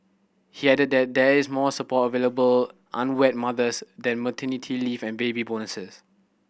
he added that there is more support available unwed mothers than maternity leave and baby bonuses